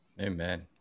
Amen